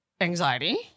anxiety